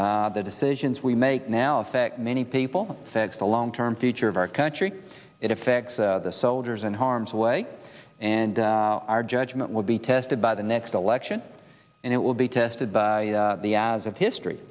the decisions we make now affect many people says the long term future of our country it affects the soldiers in harm's way and our judgment will be tested by the next election and it will be tested by the as of history